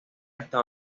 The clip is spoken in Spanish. estado